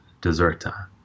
Deserta